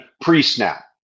pre-snap